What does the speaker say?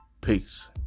peace